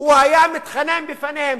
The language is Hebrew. הוא היה מתחנן בפניהם.